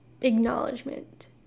acknowledgement